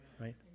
right